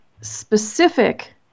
specific